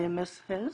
IMS health,